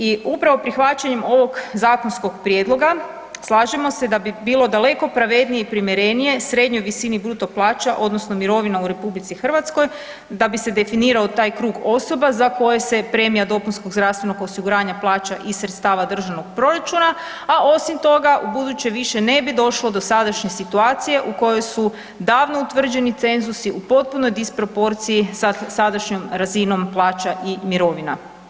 I upravo prihvaćanjem ovog zakonskog prijedloga slažemo se da bi bilo daleko pravednije i primjerenije srednjoj visini bruto plaća, odnosno mirovina u RH da bi se definirao taj krug osoba za koje se premija dopunskog zdravstvenog osiguranja plaća iz sredstava državnog proračuna, a osim toga u buduće više ne bi došlo do sadašnje situacije u kojoj su davno utvrđeni cenzusi u potpunoj disproporciji sa sadašnjom razinom plaća i mirovina.